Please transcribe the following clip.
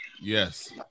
Yes